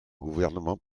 gouvernement